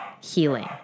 healing